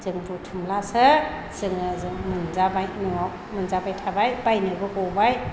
जों बुथुमलासो जोङो जों मोनजाबाय न'आव मोनजाबाय थाबाय बायनोबो गबाय